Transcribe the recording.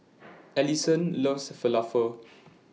Alyson loves Falafel